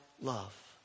love